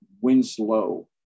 Winslow